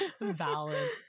valid